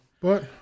But-